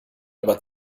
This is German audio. aber